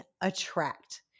attract